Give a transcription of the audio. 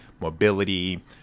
mobility